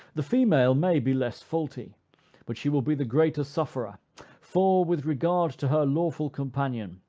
the female may be less faulty but she will be the greater sufferer for, with regard to her lawful companion,